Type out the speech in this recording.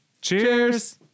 Cheers